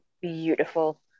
beautiful